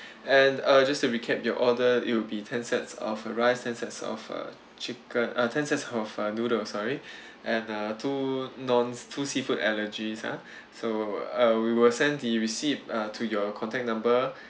and uh just to recap your order it will be ten sets of rice ten sets of uh chicken uh ten sets of uh noodle sorry and uh two non~ two seafood allergies ah so uh we will send the receipt uh to your contact number